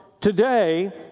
today